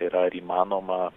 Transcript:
ir ar įmanoma